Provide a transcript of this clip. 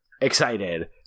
excited